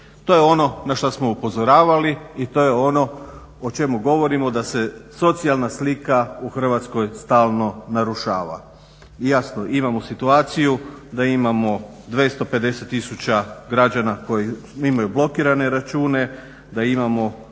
To je ono na šta smo upozoravali i to je ono o čemu govorimo da se socijalna slika u Hrvatskoj stalno narušava. I jasno, imamo situaciju da imamo 250 000 građana koji imaju blokirane račune, da imamo